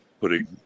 putting